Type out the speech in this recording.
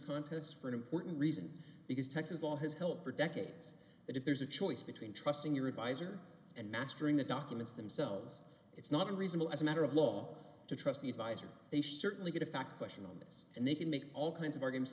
context for an important reason because texas law has helped for decades that if there's a choice between trusting your advisor and mastering the documents themselves it's not unreasonable as a matter of law to trust the advisor they certainly get a fact question on this and they can make all kinds of our games